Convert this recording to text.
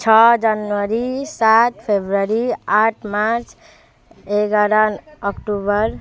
छ जनवरी सात फब्रुअरी आठ मार्च एघार अक्टोबर